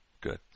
Good